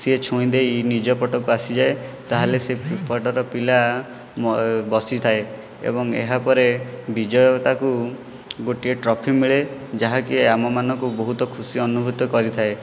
ସିଏ ଛୁଇଁଦେଇ ନିଜ ପଟକୁ ଆସିଯାଏ ତାହେଲେ ସେପଟର ପିଲା ବସିଥାଏ ଏବଂ ଏହାପରେ ବିଜୟତାକୁ ଗୋଟିଏ ଟ୍ରଫି ମିଳେ ଯାହାକି ଆମମାନଙ୍କୁ ବହୁତ ଖୁସି ଅନୁଭୂତ କରିଥାଏ